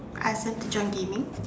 ask them to join gaming